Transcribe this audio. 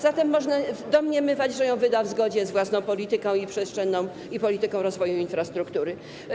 Zatem można domniemywać, że ją wyda w zgodzie z własną polityką przestrzenną i polityką rozwoju infrastruktury.